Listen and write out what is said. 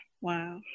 Wow